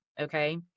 okay